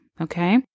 Okay